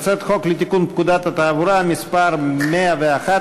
הצעת חוק לתיקון פקודת התעבורה (מס' 111),